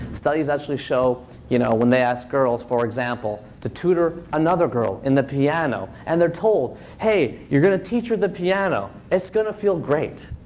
studies actually show you know when they ask girls, for example, to tutor another girl in the piano. and they're told, hey, you're going to teach her the piano. it's going to feel great.